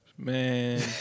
Man